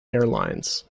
airlines